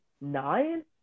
nine